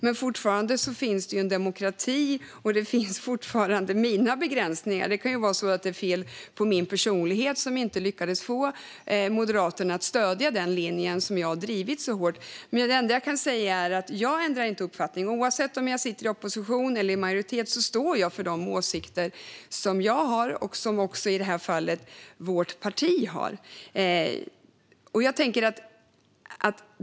Men fortfarande finns det en demokrati, och fortfarande finns mina begränsningar. Det kan ju vara fel på min personlighet som gjorde att jag inte lyckades få Moderaterna att stödja den linje som jag drivit så hårt. Det enda jag kan säga är att jag inte ändrar uppfattning. Oavsett om jag sitter i opposition eller i majoritet står jag för de åsikter som jag har och som i det här fallet också vårt parti har.